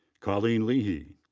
colleen leehy.